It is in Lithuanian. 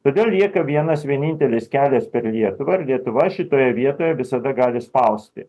todėl lieka vienas vienintelis kelias per lietuvą ir lietuva šitoje vietoje visada gali spausti